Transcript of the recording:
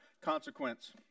consequence